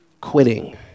quitting